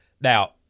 Now